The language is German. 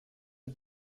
the